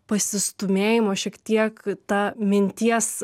pasistūmėjimo šiek tiek ta minties